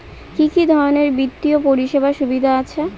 কি কি ধরনের বিত্তীয় পরিষেবার সুবিধা আছে?